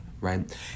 right